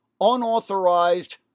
unauthorized